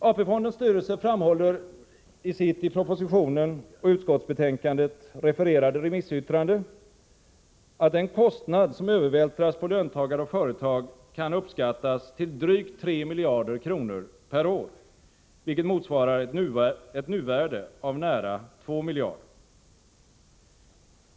AP-fondens styrelser framhåller i sitt i propositionen och utskotts betänkandet refererade remissyttrande att den kostnad som övervältras på löntagare och företag kan uppskattas till drygt 3 miljarder kronor per år, vilket motsvarar ett nuvärde av nära 2 miljarder kronor.